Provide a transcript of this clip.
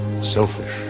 selfish